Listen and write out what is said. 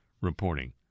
reporting